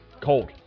cold